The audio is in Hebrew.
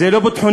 זה לא ביטחוני?